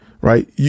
Right